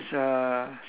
mm K